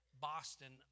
Boston